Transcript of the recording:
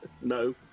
No